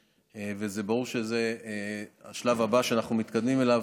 וזה ברור שזה השלב הבא שאנחנו מתקדמים אליו,